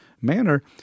manner—